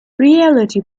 reality